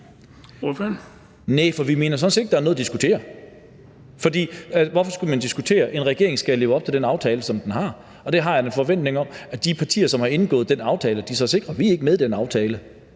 Næh, for vi mener sådan set ikke, at der er noget at diskutere – for hvorfor skulle man diskutere? En regering skal leve op til den aftale, som den har indgået, og jeg har da en forventning om, at de partier, der har indgået den aftale, så sikrer det. Vi er ikke med i den aftale,